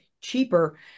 cheaper